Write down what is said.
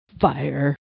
fire